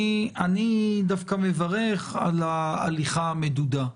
אני דווקא מברך על ההליכה המדודה.